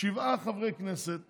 שבעה חברי כנסת